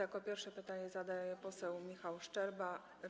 Jako pierwszy pytanie zadaje poseł Michał Szczerba, PO-KO.